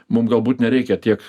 mum galbūt nereikia tiek